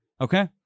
Okay